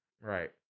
Right